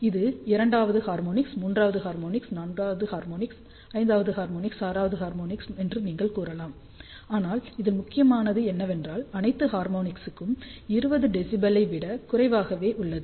இது இரண்டாவது ஹார்மோனிக் மூன்றாவது ஹார்மோனிக் நான்காவது ஹார்மோனிக் ஐந்தாவது ஹார்மோனிக் ஆறாவது ஹார்மோனிக் என்று நீங்கள் கூறலாம் ஆனால் இதில் முக்கியமானது என்னவென்றால் அனைத்து ஹார்மோனிக்ஸ் ம் 20dB ஐ விட குறைவாக உள்ளது